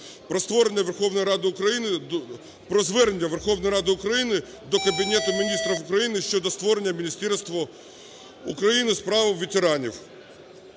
про Звернення Верховної Ради України до Кабінету Міністрів України щодо створення Міністерства України у справах ветеранів